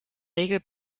regel